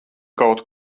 kaut